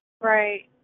right